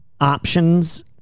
options